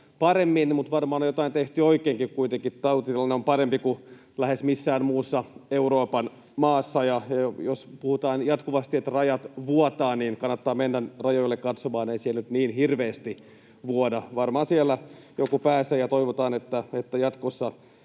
paremmin, mutta varmaan on jotain tehty oikeinkin: Kuitenkin tautitilanne on parempi kuin lähes missään muussa Euroopan maassa, ja jos puhutaan jatkuvasti, että rajat vuotavat, niin kannattaa mennä rajoille katsomaan. Eivät ne siellä nyt niin hirveästi vuoda. [Jussi Halla-ahon välihuuto] Varmaan siellä joku pääsee, ja toivotaan, että jatkossa